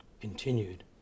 continued